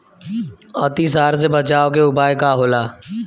अतिसार से बचाव के उपाय का होला?